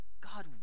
God